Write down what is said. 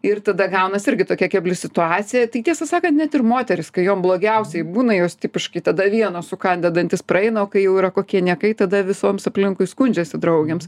ir tada gaunasi irgi tokia kebli situacija tai tiesą sakant net ir moterys kai jom blogiausiai būna jos tipiškai tada vienos sukandę dantis praeina o kai jau yra kokie niekai tada visoms aplinkui skundžiasi draugėms